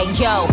yo